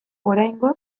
oraingoz